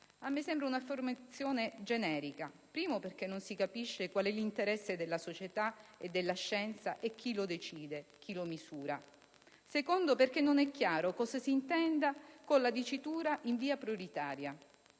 A me sembra un'affermazione generica, innanzi tutto perché non si capisce quale sia l'interesse della società e della scienza, chi lo decida e chi lo misuri; in secondo luogo, perché non è chiaro cosa s'intenda con la dicitura "in via prioritaria".